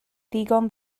ddigon